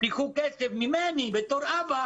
שייקחו כסף ממני בתור אבא